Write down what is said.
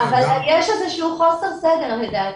אבל יש איזה שהוא חוסר סדר לדעתי.